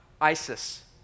ISIS